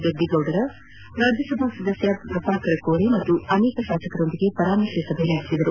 ಗದ್ದೀಗೌಡರ ರಾಜ್ಯಸಭಾ ಸದಸ್ಯ ಪ್ರಭಾಕರಕೊರೆ ಮತ್ತು ಅನೇಕ ಶಾಸಕರೊಂದಿಗೆ ಪರಾಮಾರ್ಶೆ ಸಭೆ ನಡೆಸಿದ್ದಾರೆ